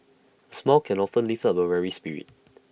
A smile can often lift up A weary spirit